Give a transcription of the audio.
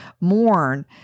mourn